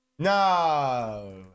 No